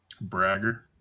Bragger